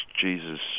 Jesus